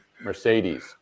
Mercedes